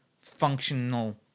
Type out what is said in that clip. functional